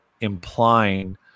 implying